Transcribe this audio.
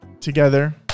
together